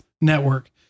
network